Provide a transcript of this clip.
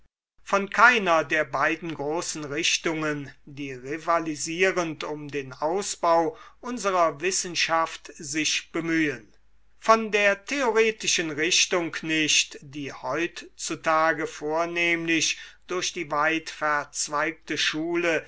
von keiner der beiden großen richtungen die rivalisierend um den ausbau unserer wissenschaft sich bemühen von der theoretischen richtung nicht die heutzutage vornehmlich durch die weitverzweigte schule